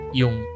yung